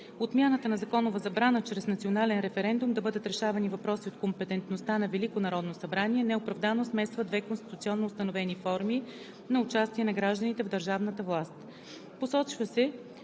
Отмяната на законовата забрана чрез национален референдум да бъдат решавани въпроси от компетентността на Велико народно събрание неоправдано смесва две конституционно установени форми на участие на гражданите в държавната власт.